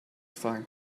fine